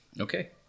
Okay